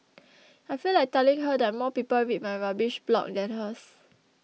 I feel like telling her that more people read my rubbish blog than hers